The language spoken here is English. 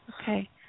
Okay